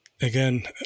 Again